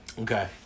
Okay